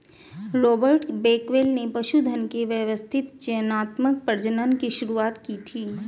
Robert Bakewell ने पशुधन के व्यवस्थित चयनात्मक प्रजनन की शुरुआत की थी